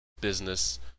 business